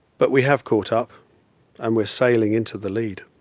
but we have caught up and we're sailing into the lead.